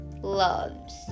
Loves